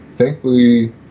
Thankfully